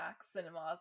cinemas